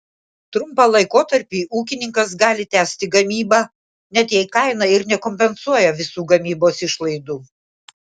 trumpą laikotarpį ūkininkas gali tęsti gamybą net jei kaina ir nekompensuoja visų gamybos išlaidų